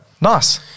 Nice